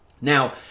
Now